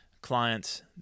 clients